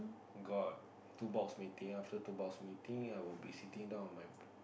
got two box meeting after two box meeting I'll be sitting down on my